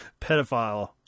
pedophile